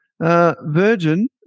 Virgin